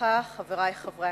חברי חברי הכנסת,